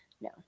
No